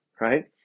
Right